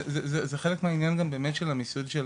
זה גם חלק מהעניין של השירות,